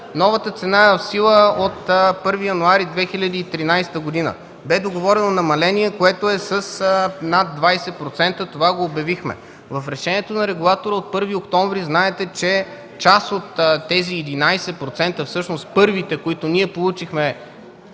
Новата цена е в сила от 1 януари 2013 г. Бе договорено намаление с над 20%. Това обявихме. В решението на регулатора от 1 октомври 2012 г. знаете, че част от тези 11%, всъщност първите, които получихме